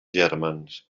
germans